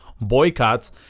boycotts